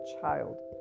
child